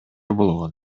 болгон